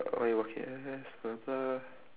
what are you working as blah blah